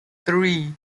three